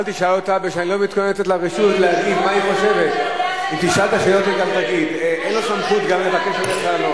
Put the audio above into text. מצוין, אני מברכת אותך על זה.